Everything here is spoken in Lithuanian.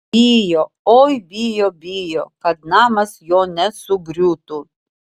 bijo oi bijo bijo kad namas jo nesugriūtų